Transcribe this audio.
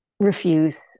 refuse